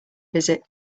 visit